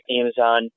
Amazon